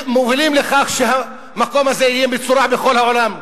מובילים לכך שהמקום הזה ייחשב מצורע בכל העולם,